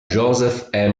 joseph